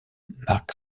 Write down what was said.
mark